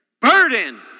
burden